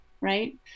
Right